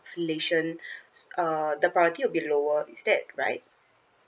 relation uh the priority will be lower is that right